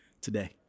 today